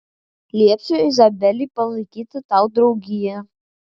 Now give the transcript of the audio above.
liepsiu izabelei palaikyti tau draugiją